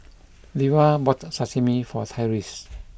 Leva bought Sashimi for Tyreese